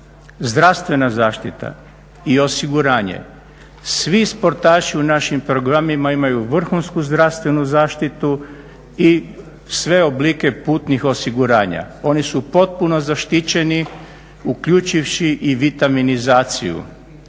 zdravstvena zaštita i osiguranje. Svi sportaši u našim programima imaju vrhunsku zdravstvenu zaštitu i sve oblike putnih osiguranja. Oni su potpuno zaštićeni uključivši i vitaminizaciju